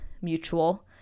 mutual